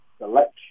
selection